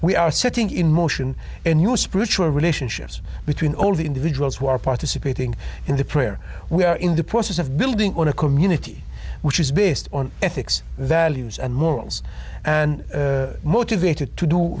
we are setting in motion a new spiritual relationship between all the individuals who are participating in the prayer we are in the process of building on a community which is based on ethics values and morals and motivated to do